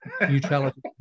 Neutrality